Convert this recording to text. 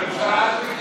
הממשלה הזו,